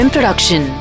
Production